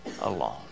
alone